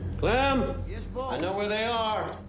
clem! yes, boss. i know where they are.